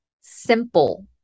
simple